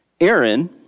Aaron